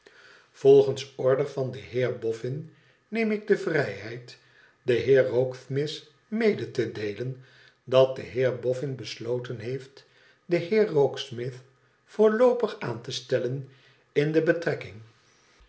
volgens order van den heer boffin neem ik de vrijheid den heer rokesmith mede te deelen dat de heer boffin besloten heeft den heer rokesmith voorloopig aan te stellen in de betrekking